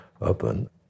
open